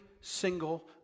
single